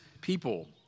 people